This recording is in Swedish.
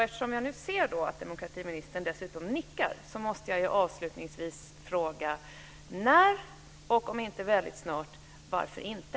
Eftersom jag nu ser att demokratiministern nickar, måste jag avslutningsvis fråga: När? Och om inte väldigt snart, varför inte?